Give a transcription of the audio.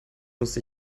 musste